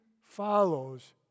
follows